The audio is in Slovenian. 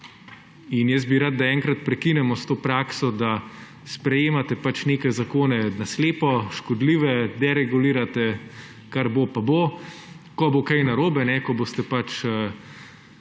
In bi rad, da enkrat prekinemo s to prakso, da sprejemate pač neke zakone na slepo, škodljive, deregulirate, kar bo pa bo, ko bo kaj narobe, ko boste pač